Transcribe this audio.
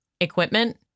equipment